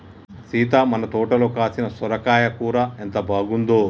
సీత మన తోటలో కాసిన సొరకాయ కూర ఎంత బాగుందో